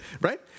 right